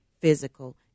physical